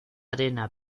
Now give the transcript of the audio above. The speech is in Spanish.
arena